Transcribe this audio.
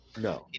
No